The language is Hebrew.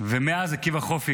ומאז עקיבא חופי,